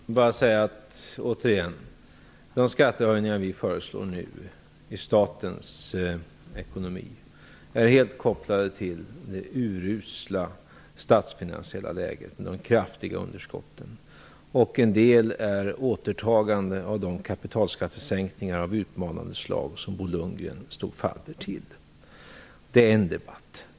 Herr talman! Jag vill bara återigen säga att de skattehöjningar vi nu föreslår i statens ekonomi är helt kopplade till det urusla statsfinansiella läget, med de kraftiga underskotten. En del är återtagande av de kapitalskattesänkningar av utmanande slag som Bo Lundgren stod fadder till. Det är en debatt.